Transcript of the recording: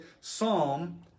Psalm